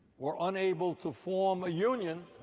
were unable to form a union,